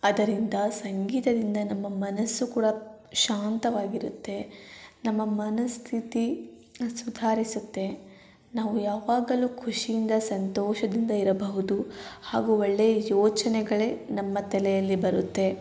ಅದರಿಂದ ಸಂಗೀತದಿಂದ ನಮ್ಮ ಮನಸ್ಸು ಕೂಡ ಶಾಂತವಾಗಿರುತ್ತೆ ನಮ್ಮ ಮನಸ್ಥಿತಿ ಸುಧಾರಿಸುತ್ತೆ ನಾವು ಯಾವಾಗಲೂ ಖುಷಿಯಿಂದ ಸಂತೋಷದಿಂದ ಇರಬಹುದು ಹಾಗೂ ಒಳ್ಳೆಯ ಯೋಚನೆಗಳೇ ನಮ್ಮ ತಲೆಯಲ್ಲಿ ಬರುತ್ತೆ